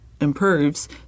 improves